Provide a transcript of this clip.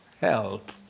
help